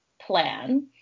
plan